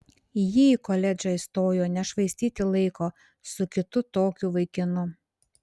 ji į koledžą įstojo nešvaistyti laiko su kitu tokiu vaikinu